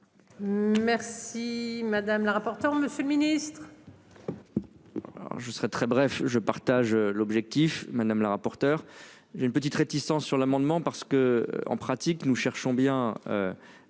Merci madame la rapporteure, Monsieur le Ministre.